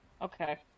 Okay